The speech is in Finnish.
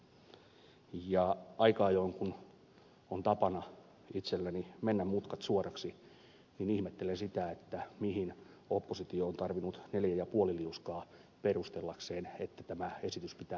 aika ajoin kun on tapana itselläni mennä mutkat suoraksi ihmettelen sitä mihin oppositio on tarvinnut neljä ja puoli liuskaa perustellakseen että tämä esitys pitää hylätä